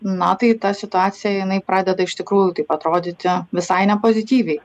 na tai ta situacija jinai pradeda iš tikrųjų taip atrodyti visai nepozityviai